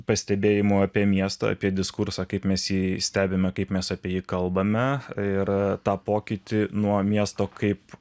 pastebėjimų apie miestą apie diskursą kaip mes jį stebime kaip mes apie jį kalbame ir tą pokytį nuo miesto kaip